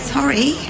Sorry